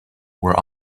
were